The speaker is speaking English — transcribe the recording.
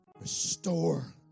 Restore